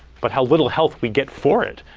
but how little health we get for it.